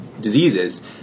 diseases